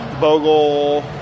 Bogle